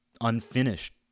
unfinished